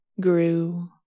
grew